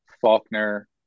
Faulkner